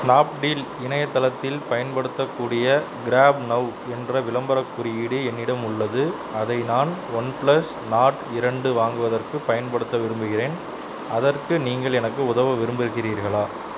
Snapdeal இணையத்தளத்தில் பயன்படுத்தக் கூடிய க்ராப்னவ் என்ற விளம்பரக் குறியீடு என்னிடம் உள்ளது அதை நான் ஒன் ப்ளஸ் நார்ட் இரண்டு வாங்குவதற்குப் பயன்படுத்த விரும்புகிறேன் அதற்கு நீங்கள் எனக்கு உதவ விரும்புகிறீர்களா